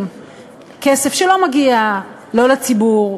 כסף שלא מגיע לא לציבור,